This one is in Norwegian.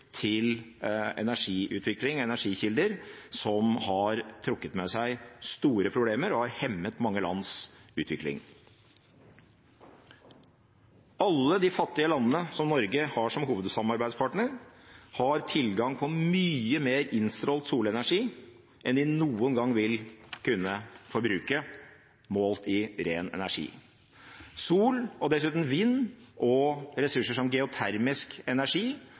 til en energiutvikling og til energikilder som har trukket med seg store problemer, og som har hemmet mange lands utvikling. Alle de fattige landene som Norge har som hovedsamarbeidspartnere, har tilgang på mye mer innstrålt solenergi enn de noen gang vil kunne få brukt, målt i ren energi. Sol, vind og ressurser som geotermisk energi